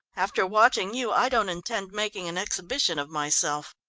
after watching you i don't intend making an exhibition of myself.